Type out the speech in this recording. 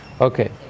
Okay